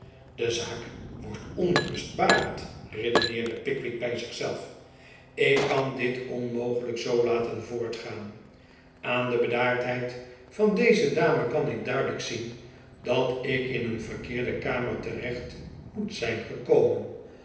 de zaak wordt onrustbarend redeneer de pickwick bij zich zelf ik kan dit onmogelijk zoo laten voortgaan aan de bedaardheid van deze dame kan ik duidelijk zien dat ik in een yerkeerde kamer tereeht moet zijn gekomen